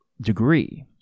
degree